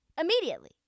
immediately